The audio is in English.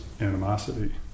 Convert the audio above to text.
animosity